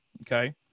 Okay